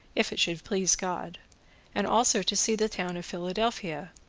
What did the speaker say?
if it should please god and also to see the town of philadelphia,